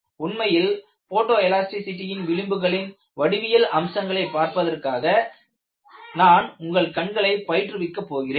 உண்மையில் போட்டோ எலாஸ்டிசிடியின் விளிம்புகளின் வடிவியல் அம்சங்களைப் பார்ப்பதற்காக நான் உங்கள் கண்களைப் பயிற்றுவிக்கப் போகிறேன்